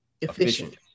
efficient